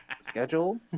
schedule